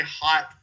hot